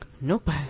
Nope